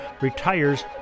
retires